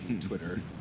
Twitter